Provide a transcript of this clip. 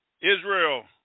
Israel